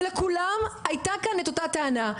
ולכולם הייתה כאן את אותה טענה,